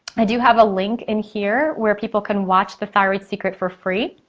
i do have a link in here where people can watch the thyroid secret for free,